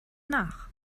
nach